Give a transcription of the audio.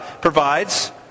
provides